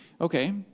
Okay